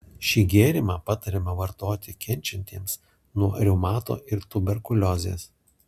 šį gėrimą patariama vartoti kenčiantiesiems nuo reumato ir tuberkuliozės